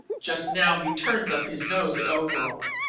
just now he turns up his nose at overalls,